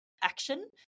action